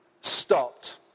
stopped